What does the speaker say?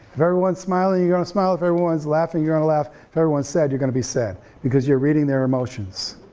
if everyone's smiling, you're gonna smile, if everyone's laughing, you're gonna laugh, if everyone's sad, you're gonna be sad because you're reading their emotions.